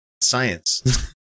Science